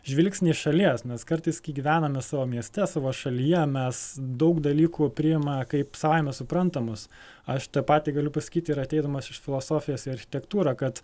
žvilgsnį iš šalies nes kartais kai gyvename savo mieste savo šalyje mes daug dalykų priima kaip savaime suprantamus aš tą patį galiu pasakyt ir ateidamas iš filosofijos į architektūrą kad